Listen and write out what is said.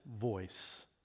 voice